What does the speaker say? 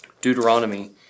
Deuteronomy